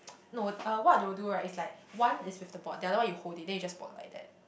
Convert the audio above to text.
no uh what they will do right is like one is with the board the another one you hold it then you just board like that